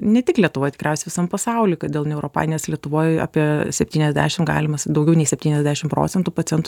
ne tik lietuvoj tikriausiai visam pasauly kad dėl neuropatinės lietuvoj apie septyniasdešim galimas daugiau nei septyniasdešim procentų pacientų